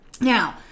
Now